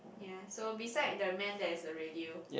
ya so beside the man there's a radio